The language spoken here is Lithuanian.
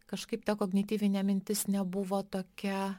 kažkaip ta kognityvinė mintis nebuvo tokia